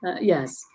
yes